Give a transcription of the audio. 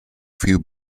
few